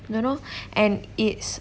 don't know and it's